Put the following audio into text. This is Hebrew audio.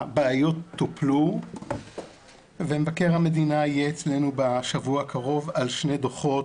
הבעיות טופלו ומבקר המדינה יהיה אצלנו בשבוע הקרוב על שני דוחות,